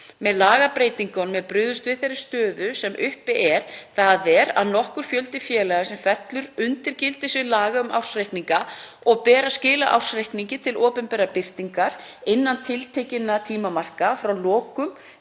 Með lagabreytingunum er brugðist við þeirri stöðu sem uppi er, þ.e. að nokkur fjöldi félaga sem fellur undir gildissvið laga um ársreikninga og ber að skila ársreikningi til opinberrar birtingar innan tiltekinna tímamarka frá lokum